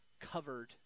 Covered